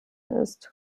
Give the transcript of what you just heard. ist